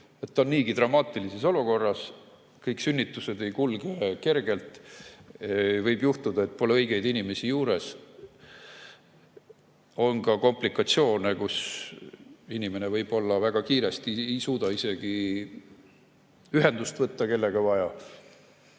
Ta on niigi dramaatilises olukorras. Kõik sünnitused ei kulge kergelt. Võib juhtuda, et pole õigeid inimesi juures. On ka komplikatsioone, kus inimene võib-olla väga kiiresti ei suuda isegi ühendust võtta, kellega vaja.